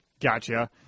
Gotcha